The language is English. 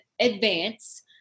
advance